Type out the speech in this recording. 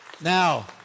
Now